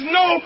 no